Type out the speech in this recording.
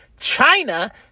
China